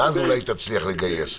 ואז אולי תצליח לגייס,